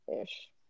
Ish